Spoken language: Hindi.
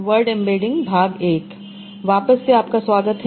वापस से आपका स्वागत है